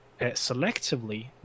selectively